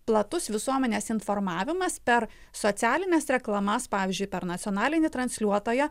platus visuomenės informavimas per socialines reklamas pavyzdžiui per nacionalinį transliuotoją